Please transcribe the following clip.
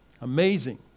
Amazing